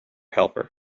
helper